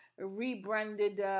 rebranded